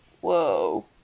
whoa